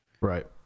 right